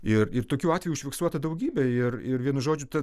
ir ir tokių atvejų užfiksuota daugybė ir ir vien žodžių ta